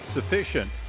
sufficient